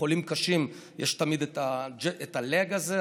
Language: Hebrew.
בחולים קשים יש תמיד את ה-lag הזה,